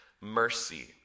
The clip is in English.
mercy